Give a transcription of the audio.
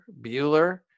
Bueller